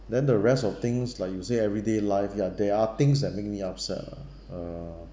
then the rest of things like you say everyday life ya there are things that make me upset lah uh